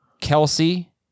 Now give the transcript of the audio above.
Kelsey